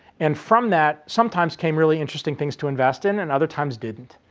and from that, sometimes came really interesting things to invest in and other times didn't,